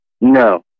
No